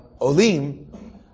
olim